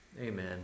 Amen